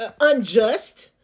unjust